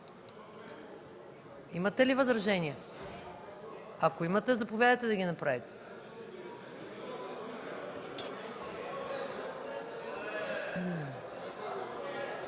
Имате ли възражения? Ако имате, заповядайте да ги направите.